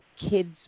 Kids